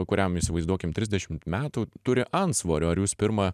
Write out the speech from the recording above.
kuriam įsivaizduokim trisdešimt metų turi antsvorio ar jūs pirma